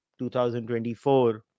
2024